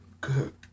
Good